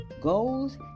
goals